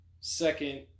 second